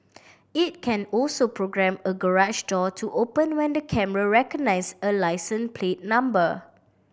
it can also programme a garage door to open when the camera recognise a license plate number